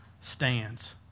stands